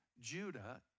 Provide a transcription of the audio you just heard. Judah